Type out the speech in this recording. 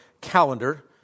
calendar